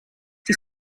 die